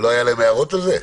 ולא היו להם הערות על זה?